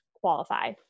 qualify